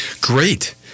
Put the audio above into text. Great